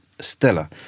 Stella